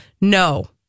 No